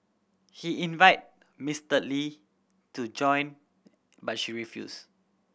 he invited Mister Lee to join but she refused